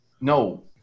no